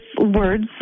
words